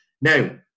now